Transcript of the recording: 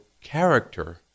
character